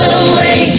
away